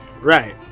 right